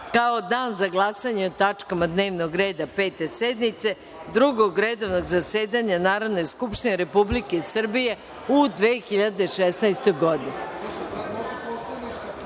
kao Dan za glasanje o tačkama dnevnog reda Pete sednice Drugog redovnog zasedanja Narodne skupštine Republike Srbije u 2016. godini.